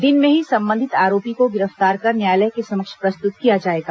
दिन में ही संबंधित आरोपी को गिरफ्तार कर न्यायालय के समक्ष प्रस्तुत किया जाएगा